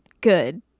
good